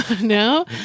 no